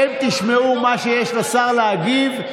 מתווה ניסים, אתם תשמעו מה שיש לשר להגיב.